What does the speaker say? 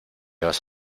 vas